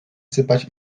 sypać